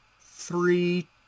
three